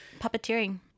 puppeteering